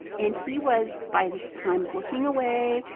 and he was by this time looking away,